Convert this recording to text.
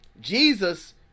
Jesus